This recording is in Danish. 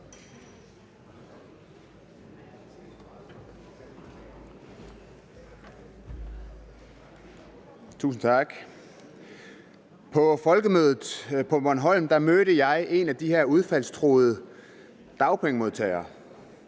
Tusind tak. På folkemødet på Bornholm mødte jeg en af de her udfaldstruede dagpengemodtagere.